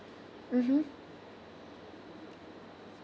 mmhmm